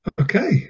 okay